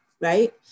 right